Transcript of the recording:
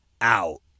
out